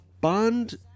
Bond